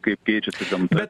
tik kai kaip keičiasi gamta